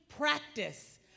practice